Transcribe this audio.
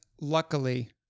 luckily